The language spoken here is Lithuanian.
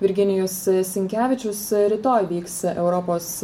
virginijus sinkevičius rytoj vyks europos